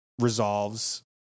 resolves